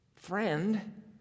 friend